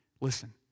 Listen